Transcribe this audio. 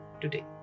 today